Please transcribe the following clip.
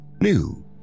New